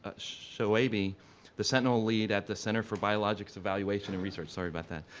ah shoaibi the sentinel lead at the center for biologics evaluation and research, sorry about that.